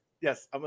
yes